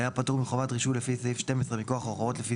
היה פטור מחובת הרישוי לפי סעיף 12 מכוח הוראות לפי